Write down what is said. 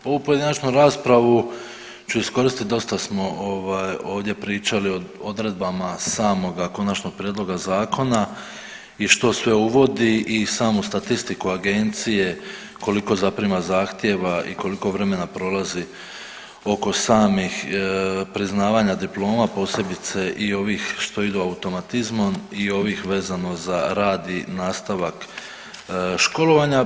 Ovu pojedinačnu raspravu ću iskoristiti, dosta smo ovdje pričali o odredbama samoga konačnog prijedloga Zakona i što sve uvodi i samu statistiku agencije, koliko zaprima zahtjeva i koliko vremena prolazi oko samih priznavanja diploma, posebice i ovih što idu automatizmom i ovih vezano za rad i nastavak školovanja.